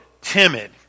timid